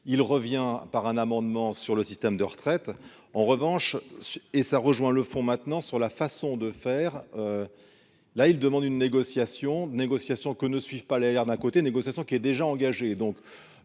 il revient par un amendement sur le système de retraites en revanche et ça rejoint le fond maintenant sur la façon de faire, là, il demande une négociation négociation que ne suivent pas l'air d'un côté, négociations qui est déjà engagé,